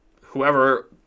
whoever